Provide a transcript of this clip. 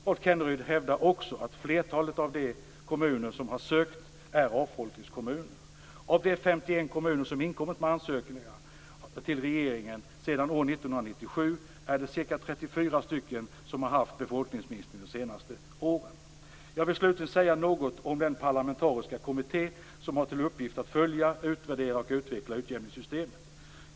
Rolf Kenneryd hävdar också att flertalet av de kommuner som har sökt är avfolkningskommuner. Av de 51 kommuner som inkommit med ansökningar till regeringen sedan år 1997 är det ca 34 kommuner som har haft en befolkningsminskning under de senaste åren. Jag vill slutligen säga något om den parlamentariska kommitté som har till uppgift att följa, utvärdera och utveckla utjämningssystemet.